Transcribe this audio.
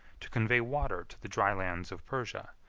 to convey water to the dry lands of persia,